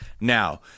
Now